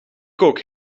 kook